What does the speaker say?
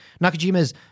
Nakajima's